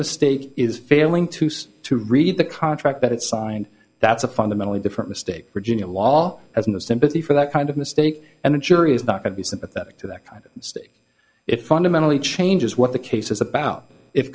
mistake is failing to see to read the contract that it signed that's a fundamentally different mistake virginia law as in the sympathy for that kind of mistake and the jury is not going to be sympathetic to that kind of mistake it fundamentally changes what the case is about if